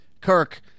Kirk